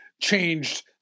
changed